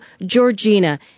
Georgina